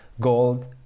gold